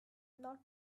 not